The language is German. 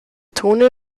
tone